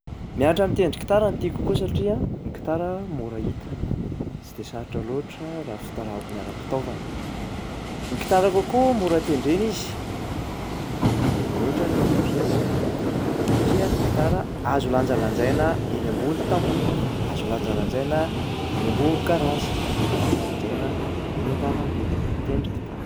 Mianatra mitendy gitara no tiako kokoa satria ny gitara mora hita, tsy de sarotra loatra raha fitara- ny ara-pitaovana. Ny gitara kokoa mora tendrena izy mihoatran'ny piano satria ny gitara azo lanjalanjaina eny ambony tamboho, azo lanjalanjaina eny ambony garage, azo lanjalanjaina eny an-dalambe mitendry gitara.